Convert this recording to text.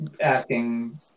asking